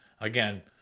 again